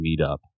Meetup